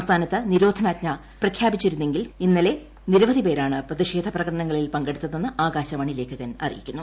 സംസ്ഥാനത്ത് നിരോധനാജ്ഞ പ്രഖ്യാപിച്ചിരുന്നെങ്കിലും ഇന്നലെ നിരവധി പേരാണ് പ്രതിഷേധ പ്രകടനങ്ങളിൽ പങ്കെടുത്തതെന്ന് ആകാശവാണി ലേഖകൻ അറിയിക്കുന്നു